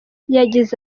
yagize